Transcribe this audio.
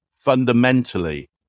fundamentally